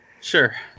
Sure